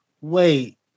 Wait